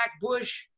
Bush